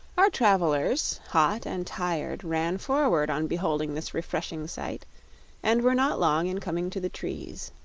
our travelers, hot and tired, ran forward on beholding this refreshing sight and were not long in coming to the trees.